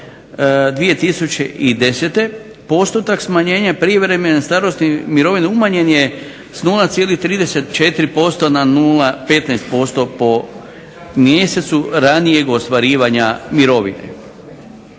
2010. Postotak smanjenja privremene starosne mirovine umanjen je 0,34% na 0,15% po mjesecu ranijeg ostvarivanja mirovine.